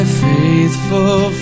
faithful